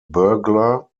burglar